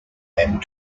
able